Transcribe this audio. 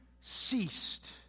ceased